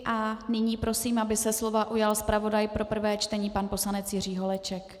A nyní prosím, aby se slova ujal zpravodaj pro prvé čtení pan poslanec Jiří Holeček.